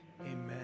Amen